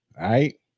right